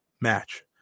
match